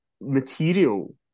material